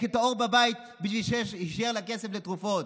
את האור בבית ושיישאר כסף לתרופות.